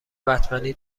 بتمنی